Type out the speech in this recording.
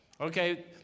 Okay